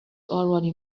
already